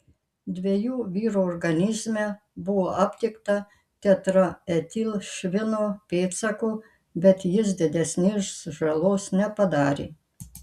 dviejų vyrų organizme buvo aptikta tetraetilšvino pėdsakų bet jis didesnės žalos nepadarė